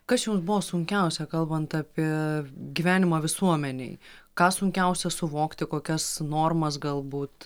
kas jums buvo sunkiausia kalbant apie gyvenimą visuomenėj ką sunkiausia suvokti kokias normas galbūt